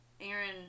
Aaron